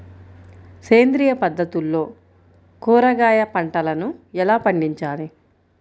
సేంద్రియ పద్ధతుల్లో కూరగాయ పంటలను ఎలా పండించాలి?